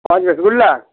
पाँच रसगुल्ला